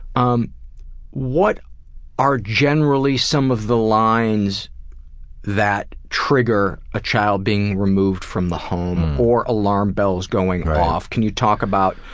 um what are generally some of the lines that trigger a child being removed from the home, or alarm bells going off? can you talk about